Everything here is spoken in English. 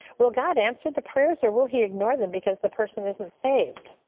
will god answer the prayers or will he ignore them because the person isn't saved?